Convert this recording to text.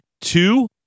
two